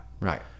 Right